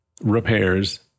repairs